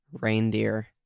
reindeer